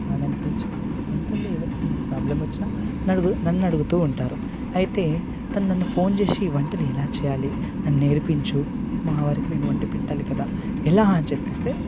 వంటల్లో ఎవరికైనా ప్రాబ్లం వచ్చిన నన్ను అడుగుతు ఉంటారు అయితే తను నన్ను ఫోన్ చేసి వంటలు ఎలా చేయాలి నాకు నేర్పించు మా వారికి వండి పెట్టాలి కదా ఎలా అని చెప్పిస్తే నేను